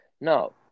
No